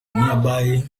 nearby